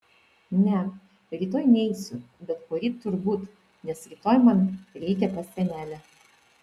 ne rytoj neisiu bet poryt turbūt nes rytoj man reikia pas senelę